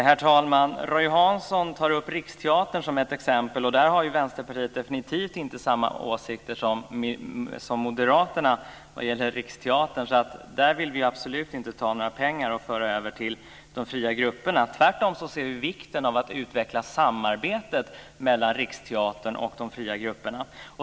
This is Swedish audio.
Herr talman! Roy Hansson tar upp Riksteatern som ett exempel. Där har Vänsterpartiet definitivt inte samma åsikt som Moderaterna. Vi vill absolut inte ta några pengar från Riksteatern och föra över dem till de fria grupperna. Tvärtom inser vi vikten av att utveckla samarbetet mellan Riksteatern och de fria grupperna.